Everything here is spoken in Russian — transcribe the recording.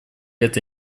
это